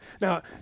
Now